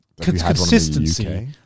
consistency